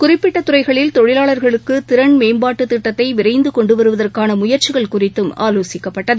குறிப்பிட்ட துறைகளில் தொழிலாளர்களுக்கு திறன் மேம்பாட்டுத் திட்டத்தை விரைந்து கொண்டு வருவதற்கான முயற்சிகள் குறித்தும் ஆலோசிக்கப்பட்டது